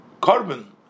carbon